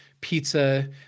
pizza